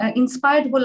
inspired